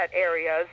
areas